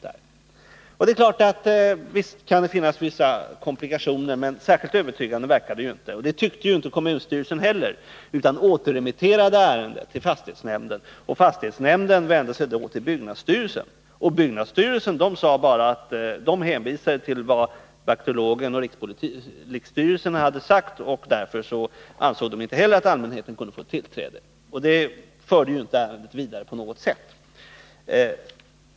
Det är klart att det kan finnas vissa komplikationer, men det verkar inte särskilt övertygande. Det tyckte inte heller kommunstyrelsen utan återremitterade ärendet till fastighetsnämnden, som vände sig till byggnadsstyrelsen. Byggnadsstyrelsen hänvisade bara till vad bakteriologen och rikspolisstyrelsen hade sagt och ansåg därmed inte heller att allmänheten kunde få tillträde. Detta förde alltså inte ärendet vidare på något sätt.